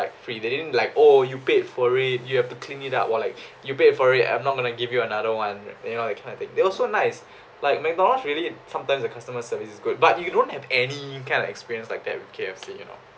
like free they didn't like oh you paid for it you have to clean it up !wah! like you paid for it I'm not going to give you another one you know I cannot take it they are so nice like mcdonald's really sometimes the customer service is good but you don't have any kind of experience like that with K_F_C you know